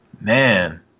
Man